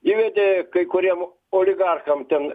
įvedė kai kuriem oligarcham ten